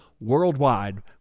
worldwide